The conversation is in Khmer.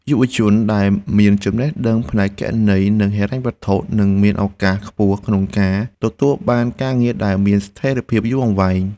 យុវជនដែលមានចំណេះដឹងផ្នែកគណនេយ្យ និងហិរញ្ញវត្ថុនឹងមានឱកាសខ្ពស់ក្នុងការទទួលបានការងារដែលមានស្ថិរភាពយូរអង្វែង។